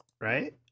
Right